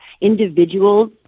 Individuals